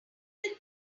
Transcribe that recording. that